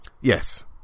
Yes